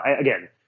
again